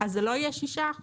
אז זה לא יהיה 6%,